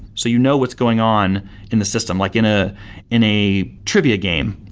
so you know what's going on in the system. like in ah in a trivia game,